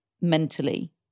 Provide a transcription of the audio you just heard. mentally